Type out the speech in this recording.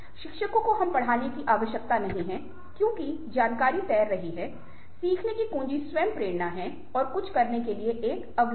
शिक्षकों को हमें पढ़ाने की आवश्यकता नहीं है क्योंकि जानकारी तैर रही है सीखने की कुंजी स्वयं प्रेरणा है और कुछ करने के लिए एक अविलंबिता है